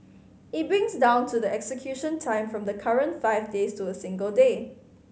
it brings down to the execution time from the current five days to a single day